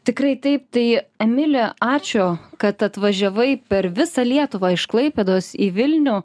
tikrai taip tai emili ačiū kad atvažiavai per visą lietuvą iš klaipėdos į vilnių